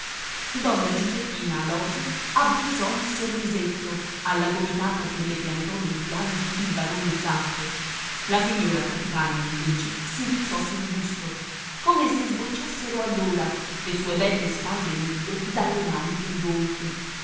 donna giuseppina alòsi abbozzò un sorrisetto alla gomitata che le piantò nei fianchi il barone zacco la signora capitana invece si rizzò sul busto come se sbocciassero allora le sue belle spalle nude dalle maniche rigonfie